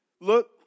Look